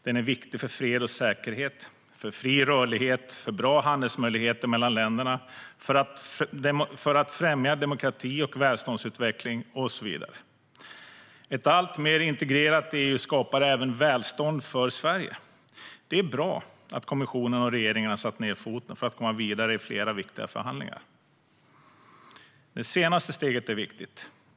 Den är viktig för fred och säkerhet, för fri rörlighet, för bra handelsmöjligheter mellan länderna, för att främja demokrati och välståndsutveckling och så vidare. Ett alltmer integrerat EU skapar även välstånd för Sverige. Det är bra att kommissionen och regeringarna satt ned foten för att komma vidare i flera viktiga förhandlingar. Det senaste steget är viktigt.